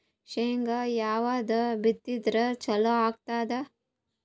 ಶೇಂಗಾ ಯಾವದ್ ಬಿತ್ತಿದರ ಚಲೋ ಆಗತದ?